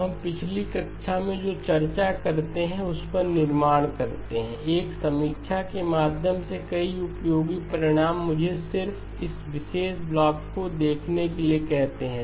अब हम पिछली कक्षा में जो चर्चा करते हैं उस पर निर्माण करते हैं एक समीक्षा के माध्यम से कई उपयोगी परिणाम मुझे सिर्फ इस विशेष ब्लॉक को देखने के लिए कहते हैं